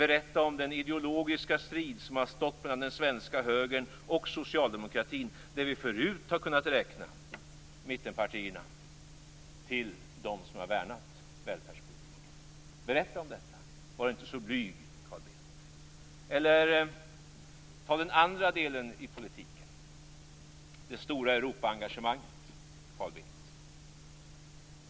Berätta om den ideologiska strid som har stått mellan den svenska högern och socialdemokratin, där vi förut har kunnat räkna mittenpartierna till dem som har värnat välfärdspolitiken. Berätta om detta! Var inte så blyg, Carl Bildt! Eller ta den andra delen i politiken: det stora Europaengagemanget.